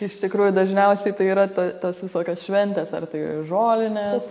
iš tikrųjų dažniausiai tai yra ta tos visokios šventės ar tai žolinės